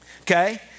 Okay